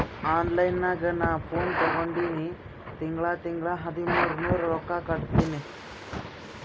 online ನಾಗ್ ನಾ phone ತಗೊಂಡಿನಿ ತಿಂಗಳಾ ತಿಂಗಳಾ ಹದಿಮೂರ್ ನೂರ್ ರೊಕ್ಕಾ ಕಟ್ಟತ್ತಿನಿ